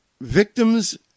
victims